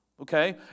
Okay